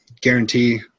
guarantee